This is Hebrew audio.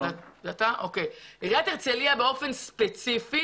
עיריית הרצליה באופן ספציפי